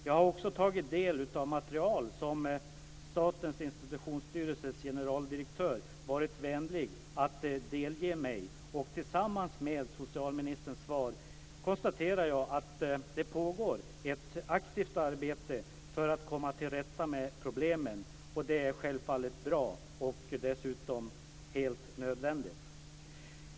Jag har också tagit del av material som Statens institutionsstyrelses generaldirektör varit vänlig att delge mig, och detta tillsammans med socialministerns svar får mig att konstatera att det pågår ett aktivt arbete för att komma till rätta med problemen. Det är självfallet bra och dessutom helt nödvändigt.